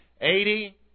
Eighty